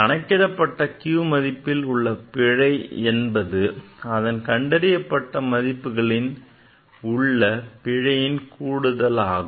கணக்கிடப்பட்ட q மதிப்பில் உள்ள பிழை என்பது அதன் கண்டறியப்பட்ட மதிப்புகளில் உள்ள பிழையின் கூடுதலுக்கு சமமாகும்